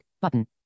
button